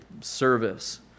service